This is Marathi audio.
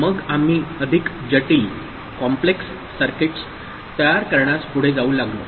मग आम्ही अधिक जटिल सर्किट्स तयार करण्यास पुढे जाऊ लागलो